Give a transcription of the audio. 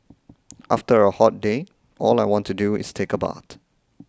after a hot day all I want to do is take a bath